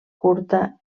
curta